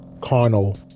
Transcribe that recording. carnal